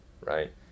right